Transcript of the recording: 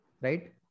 Right